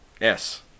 Yes